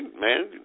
man